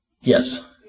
Yes